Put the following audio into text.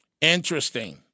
Interesting